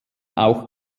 auch